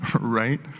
right